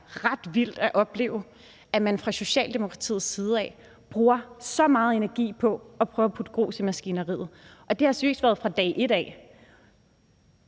ret vildt at opleve, at man fra Socialdemokratiets side bruger så meget energi på at prøve at putte grus i maskineriet, og det har været fra dag et af.